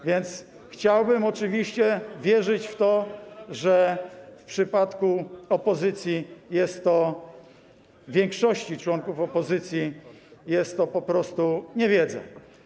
A więc chciałbym oczywiście wierzyć w to, że w przypadku opozycji, większości członków opozycji jest to po prostu niewiedza.